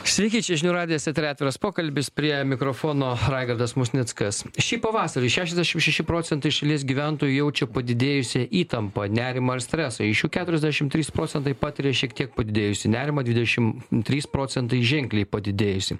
sveiki čia žinių radijas etery atviras pokalbis prie mikrofono raigardas musnickas šį pavasarį šešiasdešimt šeši procentai šalies gyventojų jaučia padidėjusią įtampą nerimą ar stresa iš jų keturiasdešimt trys procentai patiria šiek tiek padidėjusį nerimą dvidešim trys procentai ženkliai padidėjusį